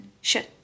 shut